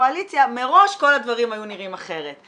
בקואליציה מראש כל הדברים היו נראים אחרת.